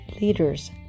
leaders